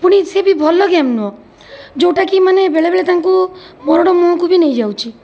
ପୁଣି ସେ ବି ଭଲ ଗେମ୍ ନୁହେଁ ଯେଉଁଟାକି ମାନେ ବେଳେବେଳେ ତାଙ୍କୁ ମରଣ ମୁହଁକୁ ବି ନେଇଯାଉଛି